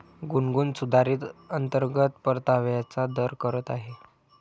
गुनगुन सुधारित अंतर्गत परताव्याचा दर करत आहे